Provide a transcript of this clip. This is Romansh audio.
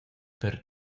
per